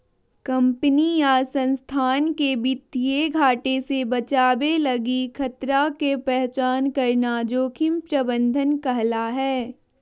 company या संस्थान के वित्तीय घाटे से बचावे लगी खतरा के पहचान करना जोखिम प्रबंधन कहला हय